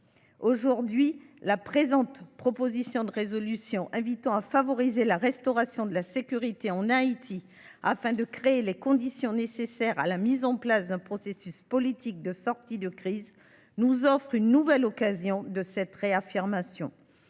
nos tribunes. La proposition de résolution invitant à favoriser la restauration de la sécurité en Haïti, afin de créer les conditions nécessaires à la mise en place d’un processus politique de sortie de crise, nous offre une nouvelle occasion de réaffirmer